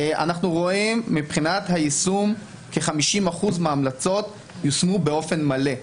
אנחנו רואים מבחינת היישום שכ-50% מההמלצות יושמו באופן מלא.